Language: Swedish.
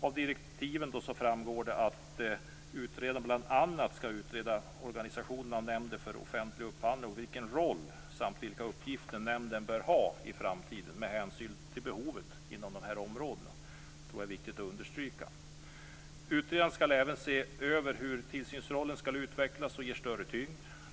Av direktiven framgår det att utredaren bl.a. skall utreda organisationen av Nämnden för offentlig upphandling och vilken roll samt vilka uppgifter nämnden bör ha i framtiden med hänsyn till behoven inom de här områdena. Det tror jag är viktigt att understryka. Utredaren skall även se över hur tillsynsrollen skall utvecklas och ges större tyngd.